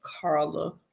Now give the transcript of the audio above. Carla